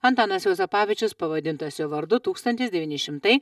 antanas juozapavičius pavadintas jo vardu tūkstantis devyni šimtai